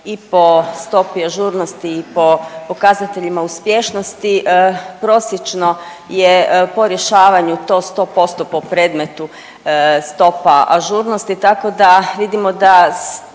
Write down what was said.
i po stopi ažurnosti i po pokazateljima uspješnosti prosječno je po rješavanju to 100% po predmetu stopa ažurnosti tako da vidimo da